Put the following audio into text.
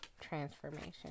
transformation